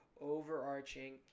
overarching